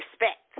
Respect